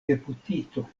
deputito